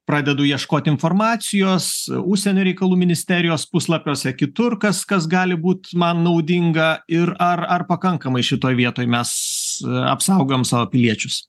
pradedu ieškot informacijos užsienio reikalų ministerijos puslapiuose kitur kas kas gali būt man naudinga ir ar ar pakankamai šitoj vietoj mes apsaugom savo piliečius